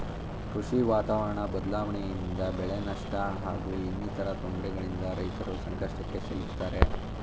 ಕೃಷಿ ವಾತಾವರಣ ಬದ್ಲಾವಣೆಯಿಂದ ಬೆಳೆನಷ್ಟ ಹಾಗೂ ಇನ್ನಿತರ ತೊಂದ್ರೆಗಳಿಂದ ರೈತರು ಸಂಕಷ್ಟಕ್ಕೆ ಸಿಲುಕ್ತಾರೆ